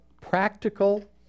practical